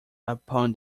upon